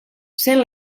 sent